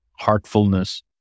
heartfulness